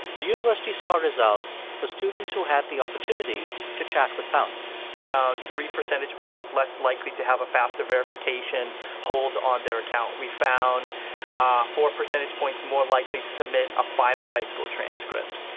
the university saw results for students who had the opportunity to chat with pounce we found three percentage points less likely to have a fafsa verification hold on their account. we found ah four percentage points more likely to submit a final high school transcript.